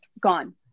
gone